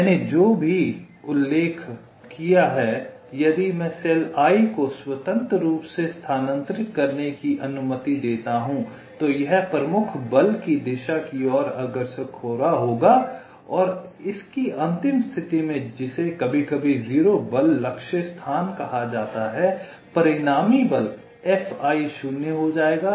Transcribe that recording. मैंने जो अभी उल्लेख किया है यदि मैं सेल i को स्वतंत्र रूप से स्थानांतरित करने की अनुमति देता हूं तो यह प्रमुख बल की दिशा की ओर अग्रसर होगा और इसकी अंतिम स्थिति में जिसे कभी कभी 0 बल लक्ष्य स्थान कहा जाता है परिणामी बल Fi शून्य हो जायेगा